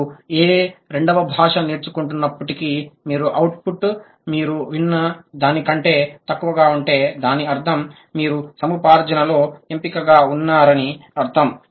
మీరు ఏ రెండవ భాష నేర్చుకుంటున్నప్పటికీ మీ అవుట్పుట్ మీరు విన్న దానికంటే తక్కువగా ఉంటే దాని అర్థం మీరు సముపార్జనలో ఎంపిక గా ఉన్నారని అర్థం